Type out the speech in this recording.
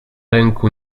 ręku